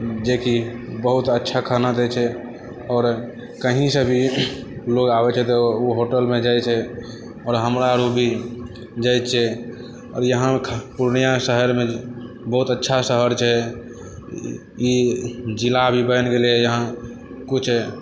जेकि बहुत अच्छा खाना दै छै आओर कहीँसँ भी लोक आबै छै तऽ ओ होटलमे जाइ छै आओर हमरा आओर भी जाइ छिए यहाँ पूर्णिया शहरमे बहुत अच्छा शहर छै ई जिला भी बनि गेलै यहाँ किछु